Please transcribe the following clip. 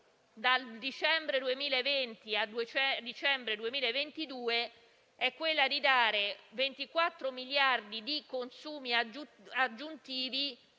dal dicembre 2020 al dicembre 2022, è quella di dare 24 miliardi di consumi aggiuntivi,